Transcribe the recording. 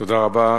תודה רבה.